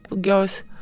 Girls